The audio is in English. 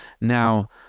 Now